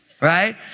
right